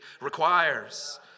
requires